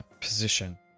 position